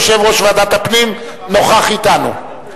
יושב-ראש ועדת הפנים נוכח אתנו.